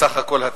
מסך כל התקציב.